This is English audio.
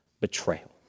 betrayal